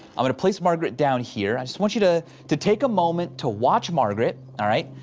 i'm gonna place margaret down here. i just want you to to take a moment to watch margaret. all right.